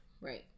Right